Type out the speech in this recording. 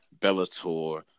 Bellator